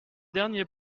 dernier